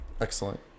Excellent